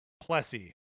Plessy